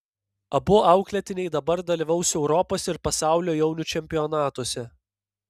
abu auklėtiniai dabar dalyvaus europos ir pasaulio jaunių čempionatuose